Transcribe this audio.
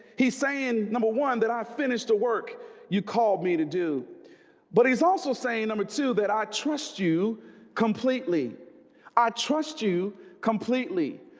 he's saying number one that i finished the work you called me to do but he's also saying number two that i trust you completely i trust you completely.